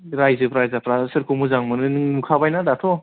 राज्यो राजाफ्रा सोरखौ मोजां मोनो नों नुखाबायना दाथ'